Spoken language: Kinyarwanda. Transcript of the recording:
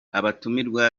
abatumirwa